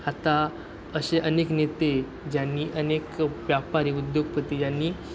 आता असे अनेक नेते ज्यांनी अनेक व्यापारी उद्योगपती यांनी